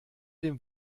dem